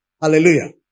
Hallelujah